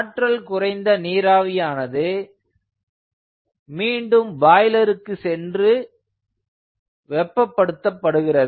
ஆற்றல் குறைந்த நீராவியானது மீண்டும் பாய்லருக்கு சென்று வெப்ப படுத்தப்படுகிறது